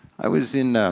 i was in